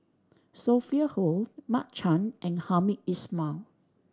Sophia Hull Mark Chan and Hamed Ismail